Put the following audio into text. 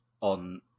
on